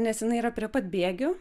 nes jinai yra prie pat bėgių